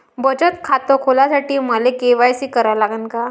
बचत खात खोलासाठी मले के.वाय.सी करा लागन का?